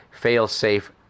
fail-safe